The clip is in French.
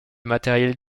matériel